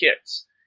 kits